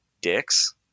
dicks